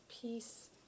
peace